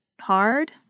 hard